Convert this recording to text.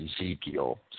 Ezekiel